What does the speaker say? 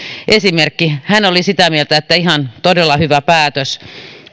esimerkki hän oli sitä mieltä että ihan todella hyvä päätös